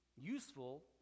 useful